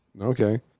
Okay